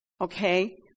Okay